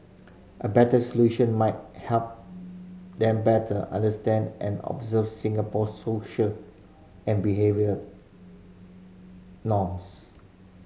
a better solution might help them better understand and observe Singapore's social and behavioural norms